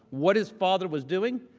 what his father was doing?